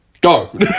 Go